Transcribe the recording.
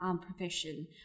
profession